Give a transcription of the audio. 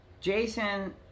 Jason